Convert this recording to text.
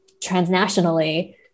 transnationally